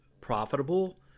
profitable